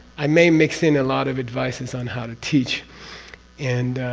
i may mix in a lot of advices on how to teach and.